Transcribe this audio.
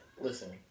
listen